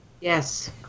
Yes